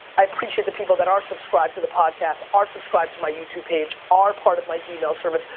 i appreciate the people that are subscribed to the podcasts, are subscribed to my youtube page, are part of my email service,